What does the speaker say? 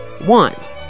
want